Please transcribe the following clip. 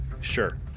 Sure